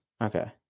Okay